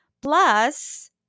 Plus